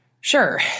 Sure